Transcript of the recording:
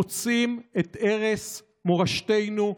מוצאים את ערש מורשתנו,